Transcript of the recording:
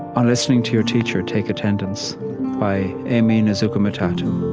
on listening to your teacher take attendance by aimee nezhukumatathil